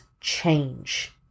change